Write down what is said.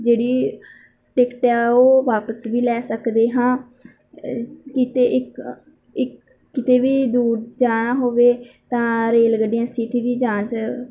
ਜਿਹੜੀ ਟਿਕਟ ਆ ਉਹ ਵਾਪਸ ਵੀ ਲੈ ਸਕਦੇ ਹਾਂ ਕਿਤੇ ਇੱਕ ਇੱਕ ਕਿਤੇ ਵੀ ਦੂਰ ਜਾਣਾ ਹੋਵੇ ਤਾਂ ਰੇਲ ਗੱਡੀਆਂ ਸਥਿਤੀ ਦੀ ਜਾਂਚ